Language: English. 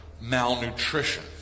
malnutrition